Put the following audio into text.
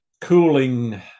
cooling